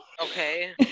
okay